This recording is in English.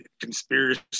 conspiracy